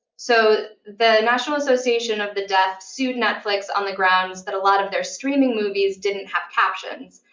so the national association of the deaf sued netflix on the grounds that a lot of their streaming movies didn't have captions,